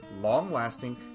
long-lasting